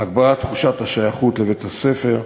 הגברת תחושת השייכות לבית-הספר,